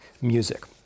music